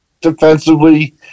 defensively